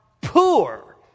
poor